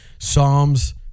psalms